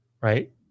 right